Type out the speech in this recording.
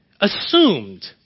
assumed